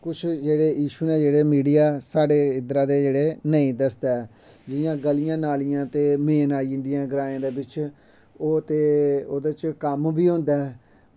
कुछ जेह्ड़े इशु न जेह्ड़े मिडिया साढ़े इद्धरा दे जेह्ड़े नेईं दस्सदा ऐ जि'यां गलियां नालियां ते मेन आई जंदियां ग्राएं दे बिच्च ओह् ते ओह्दे च कम्म बी होंदा ऐ